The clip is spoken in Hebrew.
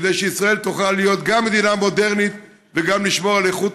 כדי שישראל תוכל גם להיות מדינה מודרנית וגם לשמור על איכות